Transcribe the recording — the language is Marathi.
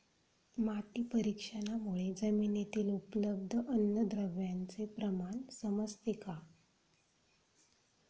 माती परीक्षणामुळे जमिनीतील उपलब्ध अन्नद्रव्यांचे प्रमाण समजते का?